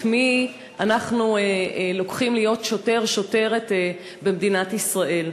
את מי אנחנו לוקחים להיות שוטר או שוטרת במדינת ישראל?